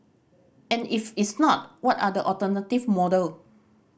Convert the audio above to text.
and if it's not what are the alternative model